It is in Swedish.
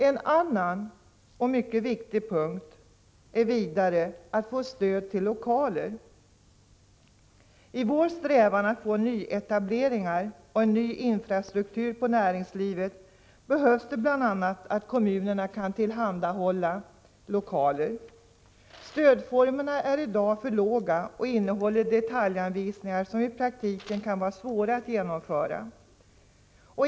En annan och mycket viktig punkt är att vi får stöd till lokaler. Vår strävan är att få till stånd nyetableringar och en ny infrastruktur på näringslivet, men då måste kommunerna kunna tillhandahålla lokaler. Stödformerna ger i dag för låga belopp och innehåller detaljanvisningar som i praktiken kan vara svåra att följa.